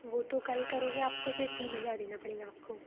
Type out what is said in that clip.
वो तो कल करोगे आप तो फिर तीन हजार देना पड़ेगा आपको